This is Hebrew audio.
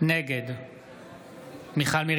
נגד מיכל מרים